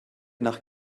nach